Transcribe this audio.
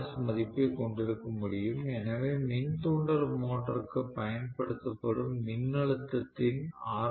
S மதிப்பை கொண்டிருக்க முடியும் எனவே மின் தூண்டல் மோட்டருக்கு பயன்படுத்தப்படும் மின்னழுத்தத்தின் ஆர்